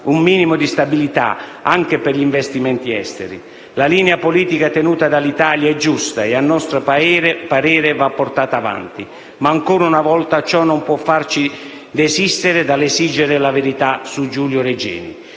un minimo di stabilità, anche per gli investimenti esteri. La linea politica tenuta dall'Italia è giusta e, a nostro parere, va portata avanti ma, ancora una volta, ciò non può farci desistere dall'esigere la verità su Giulio Regeni.